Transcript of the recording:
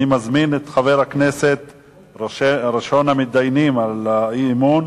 אני מזמין את ראשון המתדיינים על האי-אמון,